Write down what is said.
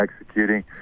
executing